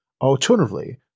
Alternatively